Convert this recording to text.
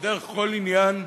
כדרך כל עניין,